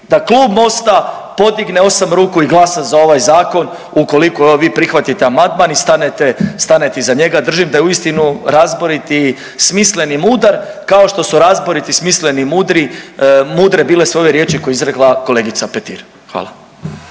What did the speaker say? da klub MOST-a podigne 8 ruku i glasa za ovaj zakon ukoliko vi prihvatite amandman i stanete iza njega. Držim da je uistinu razborit i smislen i mudar kao što su razboriti, smisleni i mudre bile su ove riječi koje je izrekla kolegica Petir. Hvala.